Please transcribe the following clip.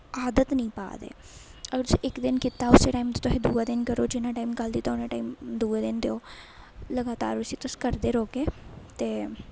आदत निं पा दे अगर तुसें इक दिन कीता उस्सै टाइम दूए दिन करो जिन्ना टाईम कल दित्ता हा उन्ना टाईम दूए दिन देओ लगातार उसी तुस करदे रौह्गे ते